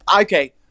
Okay